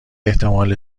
احتمال